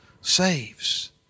saves